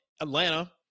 Atlanta